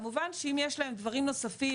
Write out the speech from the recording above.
כמובן שאם יש להם דברים נוספים,